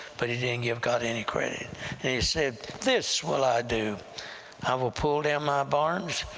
but he didn't give god any credit. and he said, this will i do i will pull down my barns,